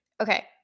Okay